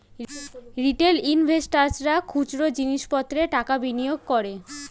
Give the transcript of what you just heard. retail ইনভেস্টর্সরা খুচরো জিনিস পত্রে টাকা বিনিয়োগ করে